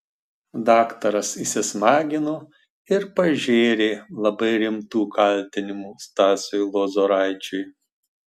daktaras įsismagino ir pažėrė labai rimtų kaltinimų stasiui lozoraičiui